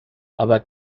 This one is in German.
aber